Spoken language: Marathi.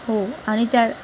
हो आणि त्या